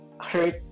hurt